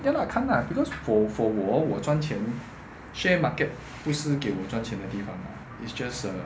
ya lah 看啦 because for for 我我赚钱 share market 不是给我赚钱的地方 lah it's just a